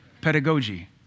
Pedagogy